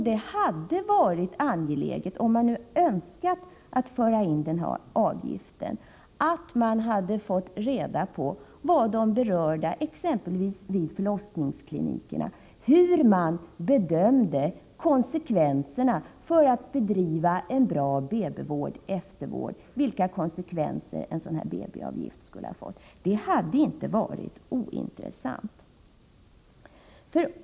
Det hade varit angeläget, om man nu önskat införa den här avgiften, att man hade fått reda på hur de berörda, exempelvis vid förlossningsklinikerna, bedömde konsekvenserna för en bra BB-vård och eftervård av en sådan avgift. Det hade inte varit ointressant.